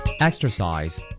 Exercise